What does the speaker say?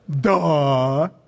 duh